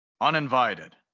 Uninvited